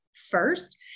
First